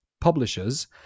publishers